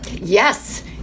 yes